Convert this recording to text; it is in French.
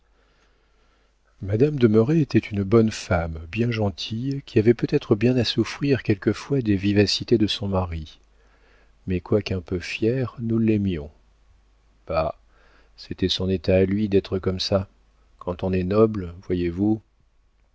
madame de merret était une bonne femme bien gentille qui avait peut-être bien à souffrir quelquefois des vivacités de son mari mais quoiqu'un peu fier nous l'aimions bah c'était son état à lui d'être comme ça quand on est noble voyez-vous